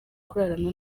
kurarana